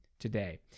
today